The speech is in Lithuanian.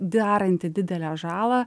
deranti didelę žalą